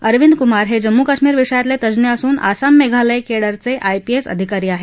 अरविंद कुमार हे जम्मू काश्मीर विषयातले तज्ञ असून आसाम मेघालय केडरचे आय पी एस अधिकारी आहेत